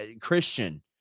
Christian